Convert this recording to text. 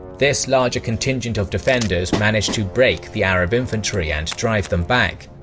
this larger contingent of defenders managed to break the arab infantry and drive them back,